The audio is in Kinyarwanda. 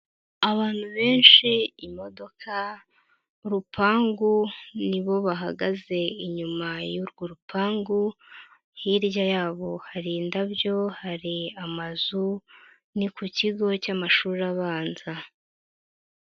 Abantu benshi, imodoka, urupangu ni bo bahagaze inyuma y'urwo rupangu, hirya y'abo hari indabyo hari amazu ni ku kigo cy'amashuri abanza.